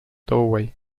doorway